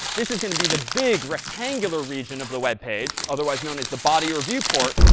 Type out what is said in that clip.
this is going to be the big, rectangular region of the web page, otherwise known as the body or viewport.